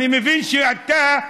אני מבין שאתה,